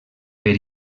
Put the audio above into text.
per